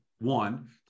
one